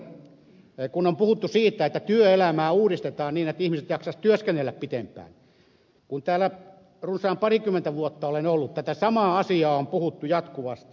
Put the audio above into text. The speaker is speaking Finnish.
näin ollen kun on puhuttu siitä että työelämää uudistetaan niin että ihmiset jaksaisivat työskennellä pidempään kun täällä runsaat parikymmentä vuotta olen ollut tätä samaa asiaa on puhuttu jatkuvasti